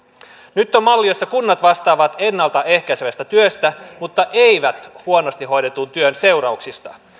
nyt on malli jossa kunnat vastaavat ennalta ehkäisevästä työstä mutta eivät huonosti hoidetun työn seurauksista